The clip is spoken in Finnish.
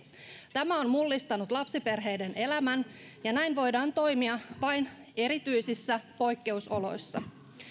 tämä on mullistanut lapsiperheiden elämän ja näin voidaan toimia vain erityisissä poikkeusoloissa